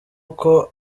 uko